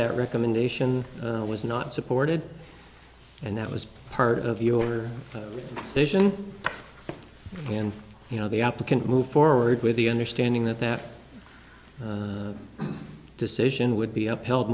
that recommendation was not supported and that was part of your vision and you know the applicant moved forward with the understanding that that decision would be upheld